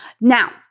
Now